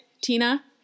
Tina